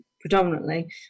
predominantly